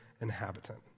inhabitant